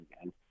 again